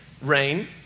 Rain